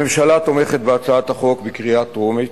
הממשלה תומכת בהצעת החוק בקריאה טרומית,